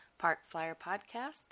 parkflyerpodcast